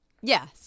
Yes